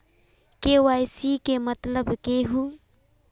KYC के मतलब केहू?